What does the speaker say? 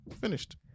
finished